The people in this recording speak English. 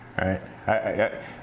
Right